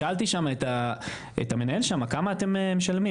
שאלתי שם את המנהל, כמה אתם משלמים?